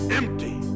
empty